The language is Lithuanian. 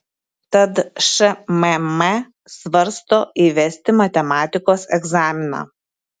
tad šmm svarsto įvesti matematikos egzaminą